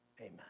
amen